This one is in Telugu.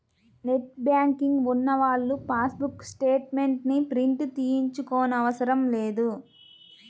నెట్ బ్యాంకింగ్ ఉన్నవాళ్ళు పాస్ బుక్ స్టేట్ మెంట్స్ ని ప్రింట్ తీయించుకోనవసరం లేదు